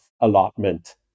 allotment